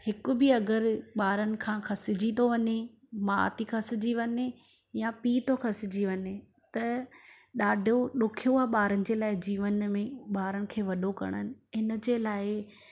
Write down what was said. हिकु बि अगरि ॿारनि खां खसिजी थो वञे माउ थी खसिजी वञे या पीउ थो खसिजी वञे त ॾाढो ॾुखियो आहे ॿारनि जे लाइ जीवन में ॿारनि खे वॾो करणु हिन जे लाइ